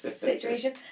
situation